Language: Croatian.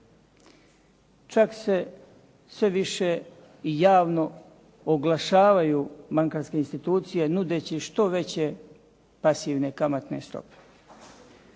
Čak se sve više i javno oglašavaju bankarske institucije nudeći što veće pasivne kamatne stope.